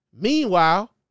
Meanwhile